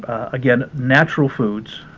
again, natural foods,